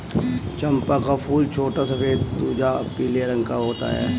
चंपा का फूल छोटा सफेद तुझा पीले रंग का होता है